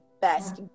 best